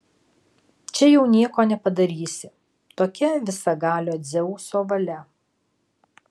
čia jau nieko nepadarysi tokia visagalio dzeuso valia